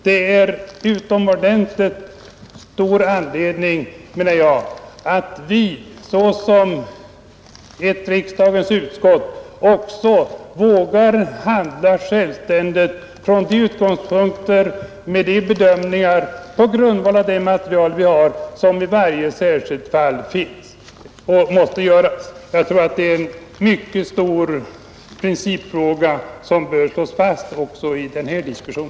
Det är utomordentligt angeläget, menar jag, att vi som ledamöter i riksdagens utskott vågar handla självständigt från de utgångspunkter vi har och med de bedömningar vi kan göra på grundval av det material som i varje särskilt fall finns. Jag tror att det är en mycket viktig princip, som bör slås fast också i denna diskussion.